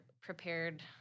prepared